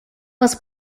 was